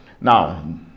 Now